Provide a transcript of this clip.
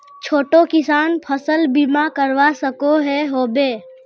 छोटो किसान फसल बीमा करवा सकोहो होबे?